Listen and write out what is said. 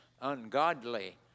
ungodly